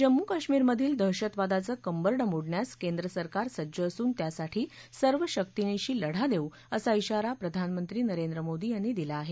जम्मू कश्मिरमधील दहशतवादाचं कंबरडं मोडण्यास केंद्रसरकार सज्ज असून त्यासाठी सर्व शर्किनिशी लढा देऊ असा इशारा प्रधानमंत्री नरेंद्र मोदी यांनी दिला आहे